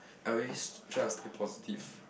I always try to stay positive